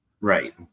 right